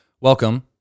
welcome